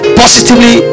positively